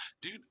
Dude